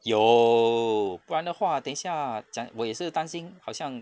有不然的话等一下讲我也是担心好像